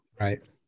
Right